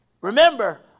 remember